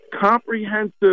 comprehensive